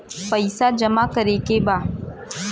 पैसा जमा करे के बा?